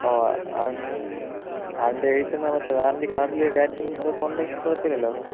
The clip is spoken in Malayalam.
ഓ അതിൻ്റെ എഴുതിത്തന്ന മറ്റേ വാറണ്ടി കാർഡില് ഡേറ്റും അതൊക്കെ ഉണ്ടെങ്കില് കുഴപ്പമില്ലല്ലോ സർ